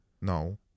No